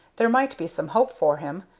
there might be some hope for him,